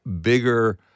bigger